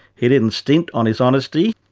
he didn't stint on his honesty,